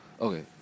okay